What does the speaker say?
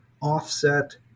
offset